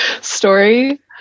Story